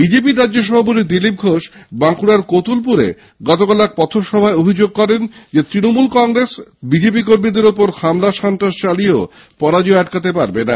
বিজেপির রাজ্য সভাপতি দিলীপ ঘোষ বাঁকুড়ার কোতলপুরে গতকাল এক পথসভায় অভিযোগ করেন তৃণমূল কংগ্রেস বিজেপি কর্মীদের ওপর হামলা সন্ত্রাস চালিয়ে পরাজয় আটকাতে পারবে না